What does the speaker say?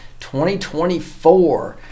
2024